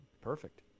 perfect